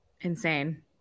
Insane